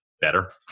better